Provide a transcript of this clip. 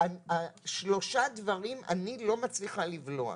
שלושה דברים אני לא מצליחה לבלוע.